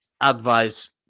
advice